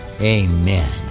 amen